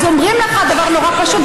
אז אומרים לך דבר נורא פשוט,